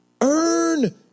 earn